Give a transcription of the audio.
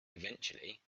eventually